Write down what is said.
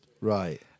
Right